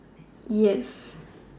yes